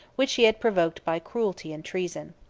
which he had provoked by cruelty and treason.